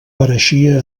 pareixia